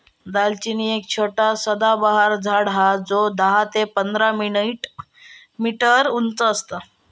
दालचिनी एक छोटा सदाबहार झाड हा जो दहा ते पंधरा मीटर उंच असता